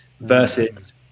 Versus